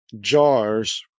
jars